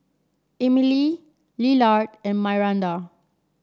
Emilie Lillard and Myranda